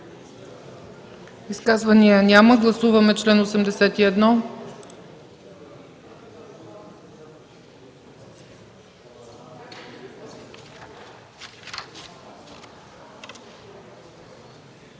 Изказвания? Няма. Гласуваме чл. 86.